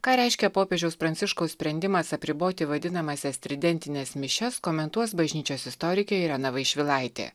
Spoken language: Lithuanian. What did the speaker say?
ką reiškia popiežiaus pranciškaus sprendimas apriboti vadinamąsias tridentines mišias komentuos bažnyčios istorikė irena vaišvilaitė